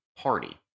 party